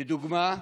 לדוגמה,